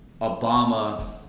Obama